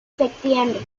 septiembre